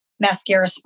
mascara